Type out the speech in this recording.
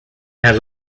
has